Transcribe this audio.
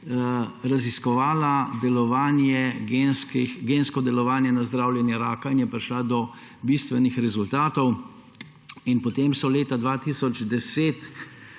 raziskovala gensko delovanje na zdravljenje raka in je prišla do bistvenih rezultatov. Potem so leta 2010